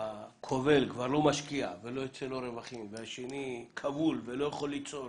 שהכובל כבר לא משקיע וכבר אין לו רווחים והשני כבול ולא יכול ליצור